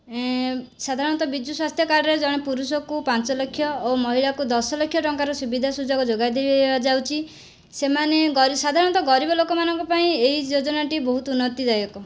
ଏଁ ସାଧାରଣତଃ ବିଜୁ ସ୍ୱାସ୍ଥ୍ୟ କାର୍ଡ଼ରେ ଜଣେ ପୁରୁଷକୁ ପାଞ୍ଚ ଲକ୍ଷ ଓ ମହିଳାକୁ ଦଶ ଲକ୍ଷ ଟଙ୍କାର ସୁବିଧା ସୁଯୋଗ ଯୋଗାଇ ଦିଆଯାଉଛି ସେମାନେ ଗରିବ ସାଧାରଣତଃ ଗରିବ ଲୋକମାନଙ୍କ ପାଇଁ ଏଇ ଯୋଜନାଟି ବହୁତ ଉନ୍ନତି ଦାୟକ